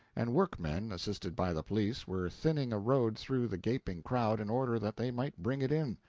and workmen, assisted by the police, were thinning a road through the gaping crowd in order that they might bring it in.